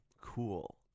cool